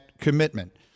commitment